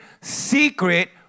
secret